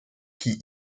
qui